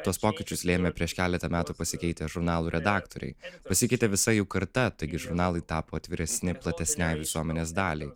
tuos pokyčius lėmė prieš keletą metų pasikeitę žurnalų redaktoriai pasikeitė visa jų karta taigi žurnalai tapo atviresni platesnei visuomenės daliai